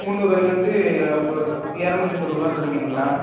முன்னூறு ரூபாய்லந்து இரநூத்தி தொண்ணூறுபா தரேங்கிரிங்ளா